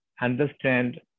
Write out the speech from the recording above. understand